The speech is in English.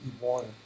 water